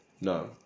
No